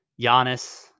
Giannis